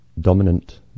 dominant